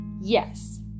Yes